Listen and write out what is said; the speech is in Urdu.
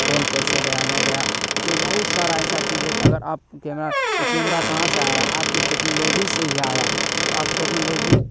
کون کیسے گیا نہیں گیا تو بہت سارا ایسا چیز ہے اگر آپ کیمرہ تو کیمرہ کہاں سے آیا آپ کے ٹیکنالوجی سے ہی آیا تو آپ ٹیکنالوجی